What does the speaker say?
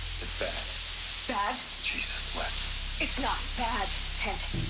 it's bad bad? jesus, lis it's not bad, ted.